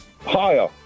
Higher